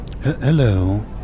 Hello